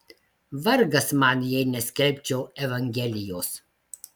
vargas man jei neskelbčiau evangelijos